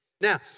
Now